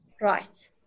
Right